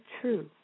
true